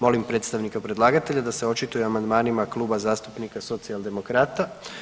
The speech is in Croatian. Molim predstavnika predlagatelja da se očituje o amandmanima Kluba zastupnika Socijaldemokrata.